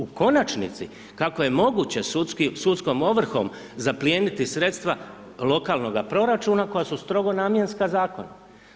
U konačnici, kako je moguće sudski, sudskom ovrhom zaplijeniti sredstva lokalnoga proračuna koja su strogo namjenska Zakonom.